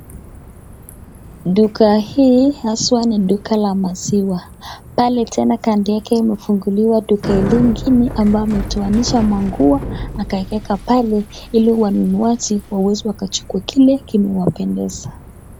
Duka hii haswa ni duka la maziwa. Pale tena kambi yake imefunguliwa duka hili lingine ambao ametoanisha mwanguo akaekeka pale ili wanunuaji waweze wakachukue kile kimewapendeza.